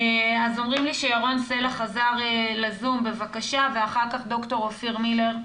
אומרים לי שירון סלע חזר לזום ואחר כך ד"ר אופיר מילר,